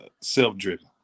self-driven